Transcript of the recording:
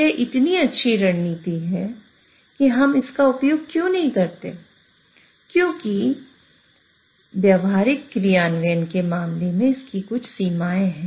तो यह इतनी अच्छी रणनीति है तो हम इसका उपयोग क्यों नहीं करते क्योंकि व्यावहारिक क्रियान्वयन के मामले में कुछ सीमाएं हैं